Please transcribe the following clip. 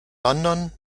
london